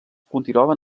continuaven